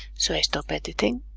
so i stop editing